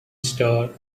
star